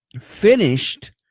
finished